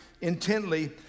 intently